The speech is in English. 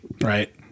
right